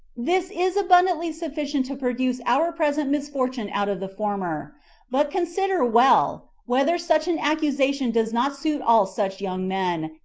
this is abundantly sufficient to produce our present misfortune out of the former but consider well, whether such an accusation does not suit all such young men,